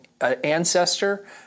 ancestor